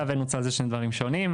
הוקצה ונוצל זה שני דברים שונים,